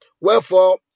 Wherefore